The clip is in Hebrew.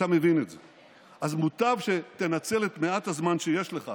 אתה מבין את זה, אז מוטב שתנצל את מעט הזמן שיש לך